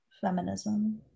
feminism